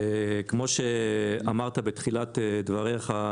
כמו שאמרת בתחילת דבריך,